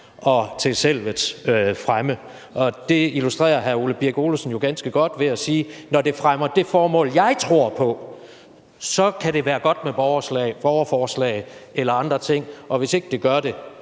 og til selvets fremme. Og det illustrerer hr. Ole Birk Olesen jo ganske godt ved at sige: Når det fremmer det formål, jeg tror på, kan det være godt med borgerforslag eller andre ting, og hvis ikke det